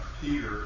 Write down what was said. Peter